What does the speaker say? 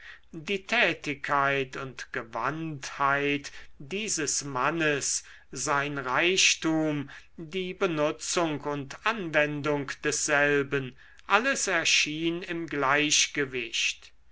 die tätigkeit und gewandtheit dieses mannes sein reichtum die benutzung und anwendung desselben alles erschien im gleichgewicht